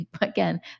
again